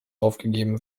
aufgegeben